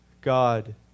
God